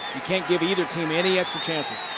you can't give either team any extra chances.